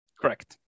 Correct